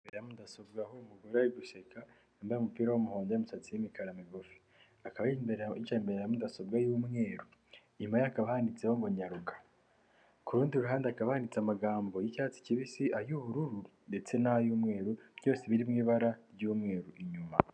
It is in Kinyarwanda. Mudasobwa aho umugore ari guseka yambaye umupira w'umuhondo, imisatsi y'imikara migufi akaba yicaye imbere imbere ya mudasobwa y'umweru. Inyuma ye hakaba handitseho ngo nyaruga. Ku rundi ruhande hakaba handitse amagambo y'icyatsi kibisi, ay'ubururu ndetse n'ay'umweru, byose biri mu ibara ry'umweru inyuma.